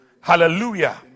Hallelujah